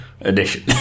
edition